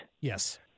Yes